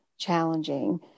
challenging